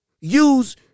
use